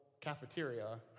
cafeteria